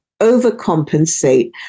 overcompensate